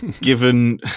given